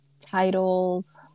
titles